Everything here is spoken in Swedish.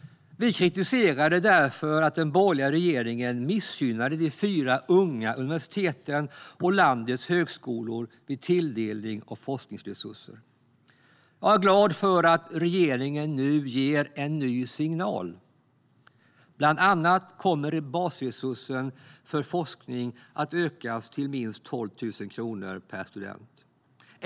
Vi kritiserade därför att den borgerliga regeringen missgynnade de fyra unga universiteten och landets högskolor vid tilldelning av forskningsresurser. Jag är glad att regeringen nu ger en ny signal. Bland annat kommer basresursen för forskning att ökas till minst 12 000 kronor per student.